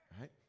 right